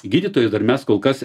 gydytojų dar mes kol kas